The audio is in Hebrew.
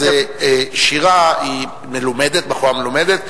אז, שירה היא בחורה מלומדת,